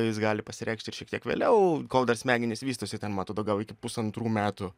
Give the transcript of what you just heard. jis gali pasireikšti ir šiek tiek vėliau kol dar smegenys vystosi ten man atrodo gal iki pusantrų metų